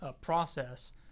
process